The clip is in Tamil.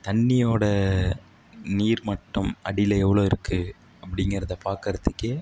தண்ணியோடய நீர் மட்டம் அடியில் எவ்வளோ இருக்குது அப்படிங்கிறத பார்க்கறதுக்கே